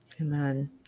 amen